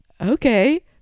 okay